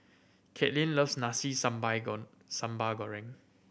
Katelin loves nasi sambal gone sambal goreng